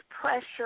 pressure